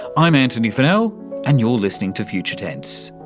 i'm antony funnell and you're listening to future tense.